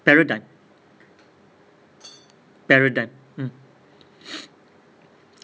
paradigm paradigm mm